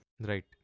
Right